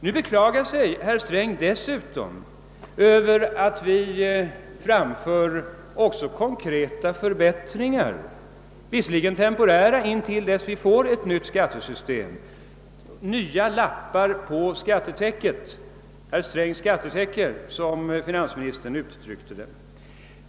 Nu beklagar sig herr Sträng dessutom över att vi också framför konkreta förbättringsförslag. De är temporära, avsedda att gälla tills vi får ett nytt skattesystem. Finansministern kallade dem nya lappar på herr Strängs eget skattetäcke.